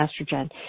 estrogen